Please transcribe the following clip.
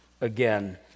again